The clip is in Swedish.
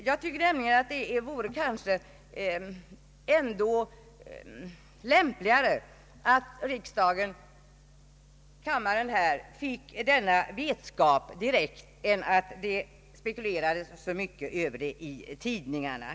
Jag tycker nämligen att det är lämpligare att kammaren får denna vetskap direkt än att det spekuleras över den saken i tidningarna.